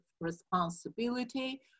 responsibility